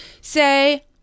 say